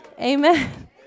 Amen